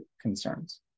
concerns